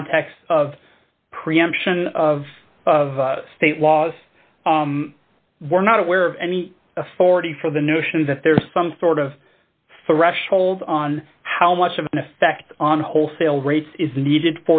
context of preemption of of state laws we're not aware of any authority for the notion that there's some sort of fresh hold on how much of an effect on wholesale rates is needed